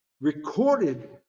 recorded